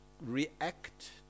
react